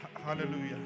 Hallelujah